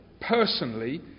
personally